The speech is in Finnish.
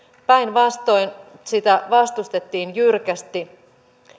päinvastoin sitä vastustettiin jyrkästi